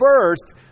first